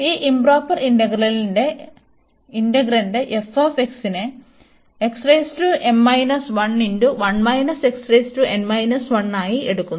ഈ ഇoപ്രോപ്പർ ഇന്റഗ്രലിന്റെ integrand f നെ ആയി എടുക്കുന്നു